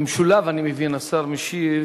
במשולב אני מבין, השר משיב